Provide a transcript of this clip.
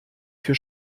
für